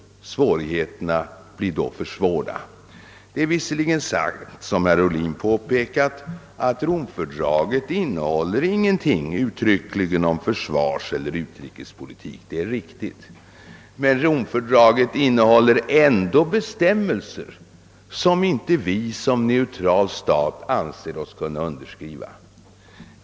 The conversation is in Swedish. Svårigheterna blir då för stora. Det är visserligen sant, som herr Ohlin påpekade, att Romfördraget inte stadgar någonting om försvarseller utrikespolitik, men där finns ändå bestämmelser vilka vi som neutral stat inte anser oss kunna underskriva.